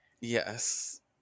Yes